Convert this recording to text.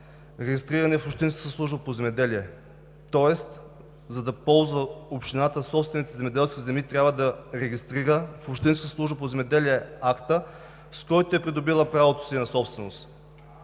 регистрирани в Общинската служба по земеделие. Тоест за да ползва общината собствените си земеделски земи, трябва да регистрира в Общинската служба по земеделие акта, с който е придобила правото си на собственост.